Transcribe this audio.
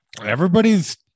everybody's